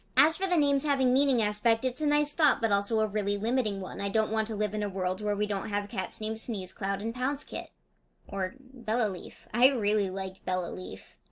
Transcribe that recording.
as for the names having meaning aspect, it's a nice thought, but also a really limiting one. i don't want to live in a world where we don't have cats named sneezecloud and pouncekit or bellaleaf. i really like bellaleaf.